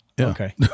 okay